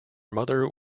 mother